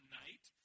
night